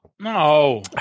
No